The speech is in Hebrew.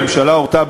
הממשלה הורתה,